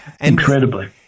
incredibly